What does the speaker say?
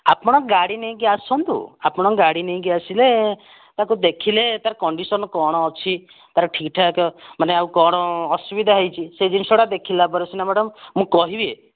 ଆପଣ ଗାଡ଼ି ନେଇକି ଆସନ୍ତୁ ଆପଣଙ୍କ ଗାଡ଼ି ନେଇକି ଆସିଲେ ତାକୁ ଦେଖିଲେ ତାର କଣ୍ଡିସନ୍ କ'ଣ ଅଛି ତାର ଠିକ୍ଠାକ୍ ମାନେ ଆଉ କ'ଣ ଅସୁବିଧା ହେଇଛି ସେ ଜିନିଷଟା ଦେଖିଲା ପରେ ସିନା ମ୍ୟାଡ଼ାମ୍ ମୁଁ କହିବି